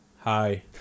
hi